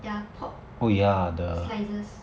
their pork slices